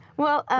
well,